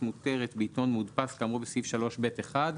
מותרת בעיתון מודפס כאמור בסעיף 3(ב)(1),